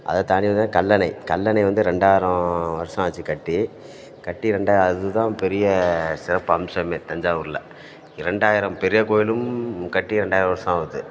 அதைத் தாண்டி வந்தால் கல்லணை கல்லணை வந்து ரெண்டாயிரம் வருஷம் ஆச்சு கட்டி கட்டி ரெண்டா அது தான் பெரிய சிறப்பம்சமே தஞ்சாவூரில் இரண்டாயிரம் பெரிய கோயிலும் கட்டி ரெண்டாயிரம் வருஷம் ஆகுது